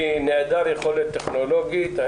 אני נעדר יכולת טכנולוגית.